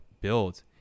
build